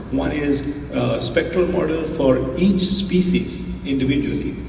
one is spectral models for each species individually,